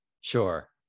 Sure